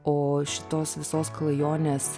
o šitos visos klajonės